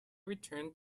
returned